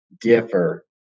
differ